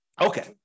Okay